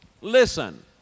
listen